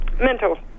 mental